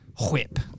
Whip